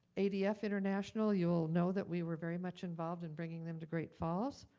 adf international, you'll know that we were very much involved in bringing them to great falls.